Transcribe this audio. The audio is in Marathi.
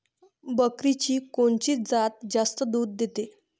बकरीची कोनची जात जास्त दूध देते?